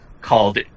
called